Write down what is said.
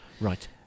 Right